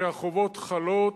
שהחובות חלות.